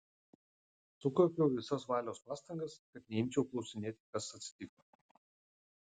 sukaupiau visas valios pastangas kad neimčiau klausinėti kas atsitiko